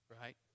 right